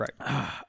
right